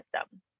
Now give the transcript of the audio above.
system